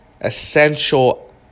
essential